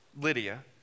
Lydia